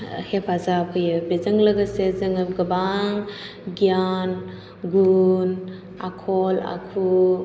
हेफाजाब होयो बेजों लोगोसे जोङो गोबां गियान गुन आखल आखु